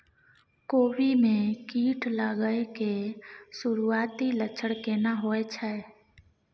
कोबी में कीट लागय के सुरूआती लक्षण केना होय छै